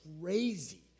crazy